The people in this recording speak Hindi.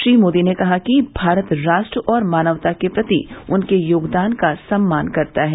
श्री मोदी ने कहा कि भारत राष्ट्र और मानवता के प्रति उनके योगदान का सम्मान करता है